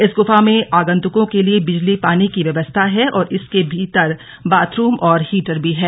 इस गुफा में आगंतुकों के लिए बिजली पानी की व्यवस्था है और इसके भीतर बाथरूम और हीटर भी है